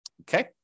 Okay